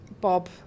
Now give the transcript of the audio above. Bob